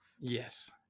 Yes